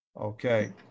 Okay